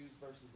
versus